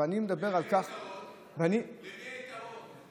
למי היתרון?